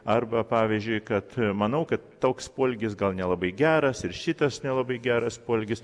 arba pavyzdžiui kad manau kad toks poelgis gal nelabai geras ir šitas nelabai geras poelgis